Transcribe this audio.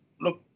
look